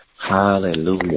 Hallelujah